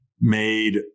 made